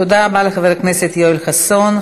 תודה רבה לחבר הכנסת יואל חסון.